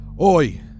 oi